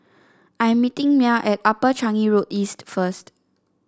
I am meeting Mia at Upper Changi Road East first